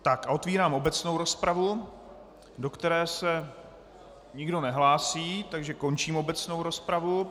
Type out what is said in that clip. A otevírám obecnou rozpravu, do které se nikdo nehlásí, takže končím obecnou rozpravu.